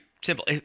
simple